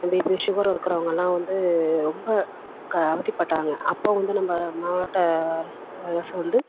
BP sugar இருக்கிறவங்கள்லாம் வந்து ரொம்ப க அவதிப்பட்டாங்க அப்போ வந்து நம்ம மாவட்ட அரசு அரசு வந்து